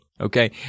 okay